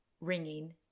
ringing